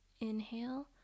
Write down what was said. inhale